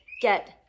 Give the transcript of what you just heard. get